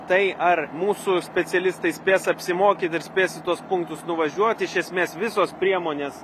tai ar mūsų specialistai spės apsimokyt ir spės į tuos punktus nuvažiuot iš esmės visos priemonės